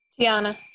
Tiana